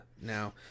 now